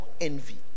envy